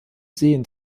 seen